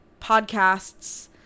podcasts